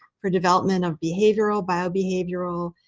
for development of behavioral, biobehavioral,